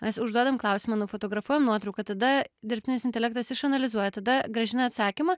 mes užduodam klausimą nufotografuojam nuotrauką tada dirbtinis intelektas išanalizuoja tada grąžina atsakymą